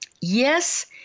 Yes